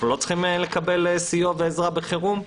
אנחנו לא צריכים לקבל סיוע ועזרה בחירום?